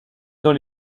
dans